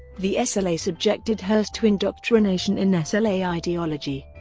the sla subjected hearst to indoctrination in ah sla ideology.